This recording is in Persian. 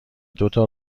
دوتا